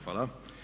Hvala.